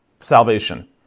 salvation